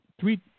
three